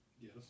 Yes